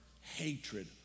hatred